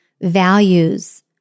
values